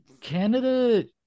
Canada